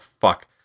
Fuck